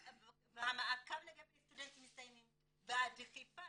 והמעקב לגבי סטודנטים מצטיינים והדחיפה,